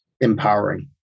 empowering